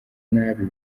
nabi